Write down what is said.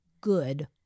good